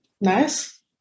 Nice